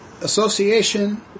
association